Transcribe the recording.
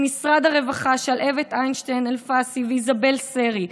ממשרד הרווחה, שלהבת אינשטיין-אלפסי ואיזבל סרי.